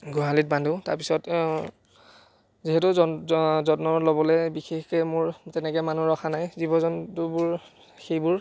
গোহালিত বান্ধোঁ তাৰপিছত যিহেতু যত্ন ল'বলৈ বিশেষকৈ মোৰ তেনেকৈ মানুহ ৰখা নাই জীৱ জন্তুবোৰ সেইবোৰ